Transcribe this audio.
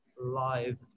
live